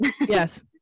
Yes